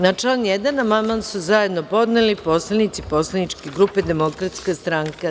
Na član 1. amandman su zajedno podneli poslanici poslaničke grupe Demokratske stranke.